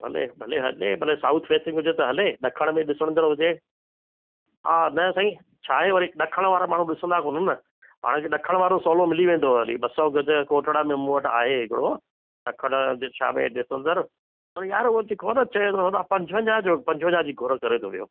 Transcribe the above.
भले भले हले भले साउथ फेसिंग हुजे त हले ॾखण में ॾिसंदड़ु हुजे हा न साईं छा आहे वरी ॾखण वारा माण्हू ॾिसंदा कोन्हनि न पाण खे ॾखण वारो सवलो मिली वेंदो हली ॿ सौ गज कोटड़ा में मूं वटि आहे हिकिड़ो ॾखण दिशा में ॾिसंदड़ु न यार उहो जेको न पंजवंजाह जो पंजवंजाह जी घोर करे थो वियो